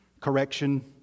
correction